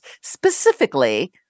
Specifically